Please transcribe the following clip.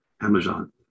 Amazon